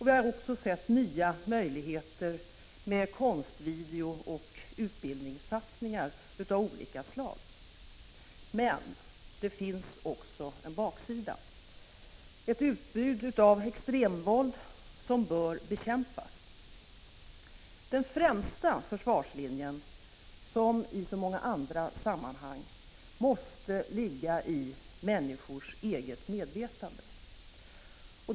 Vi har även sett nya möjligheter med konstvideo och utbildningssatsningar av olika slag. Men det finns också en baksida — ett utbud av extremvåld, som bör bekämpas. Den främsta försvarslinjen måste, som i så många andra sammanhang, ligga i människors eget medvetande.